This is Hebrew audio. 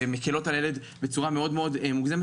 שמקלות על ילד בצורה מאוד מאוד מוגזמת,